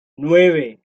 nueve